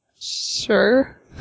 Sure